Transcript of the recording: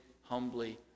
humbly